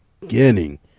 beginning